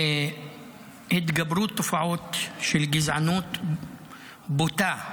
התגברות תופעות של גזענות בוטה,